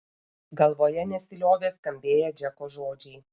galvoje nesiliovė skambėję džeko žodžiai